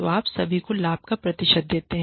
तो आप सभी को लाभ का प्रतिशत देते हैं